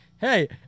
Hey